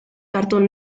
cartoon